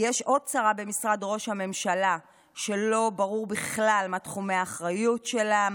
יש עוד שרה במשרד ראש הממשלה שלא ברור בכלל מה תחומי האחריות שלה,